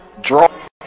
draw